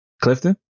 Clifton